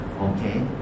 okay